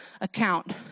account